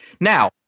Now –